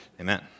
Amen